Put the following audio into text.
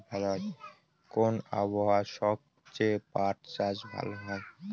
কোন আবহাওয়ায় সবচেয়ে পাট চাষ ভালো হয়?